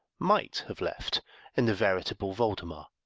might have left in the veritable voldemar.